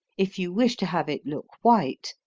if you wish to have it look white,